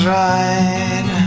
right